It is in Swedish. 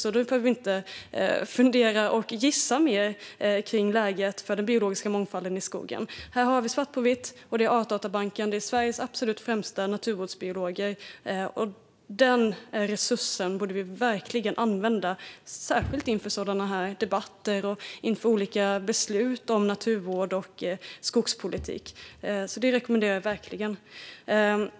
Då behöver vi inte fundera och gissa mer kring läget för den biologiska mångfalden i skogen. Här har vi det svart på vitt. Detta är Artdatabanken, och det är Sveriges absolut främsta naturvårdsbiologer. Den resursen borde vi verkligen använda, särskilt inför sådana här debatter och inför olika beslut om naturvård och skogspolitik. Det rekommenderar jag verkligen.